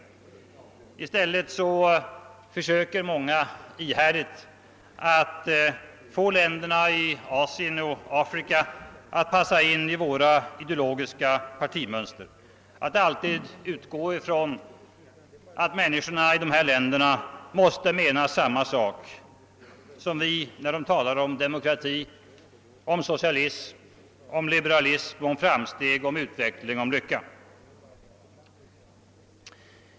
I stället försöker många ihärdigt att få länderna i Asien och Afrika att passa in i våra ideologiska partimönster, att alltid utgå från att människorna i dessa länder måste mena samma sak som vi när de talar om demokrati, socialism, liberalism, framsteg, utveckling och lycka.